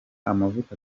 amavuta